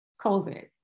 COVID